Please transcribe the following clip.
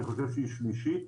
אני חושב שהיא שלישית.